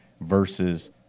versus